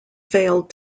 failed